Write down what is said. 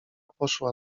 poszła